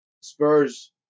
Spurs